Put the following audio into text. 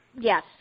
Yes